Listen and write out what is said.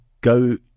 go